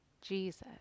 Jesus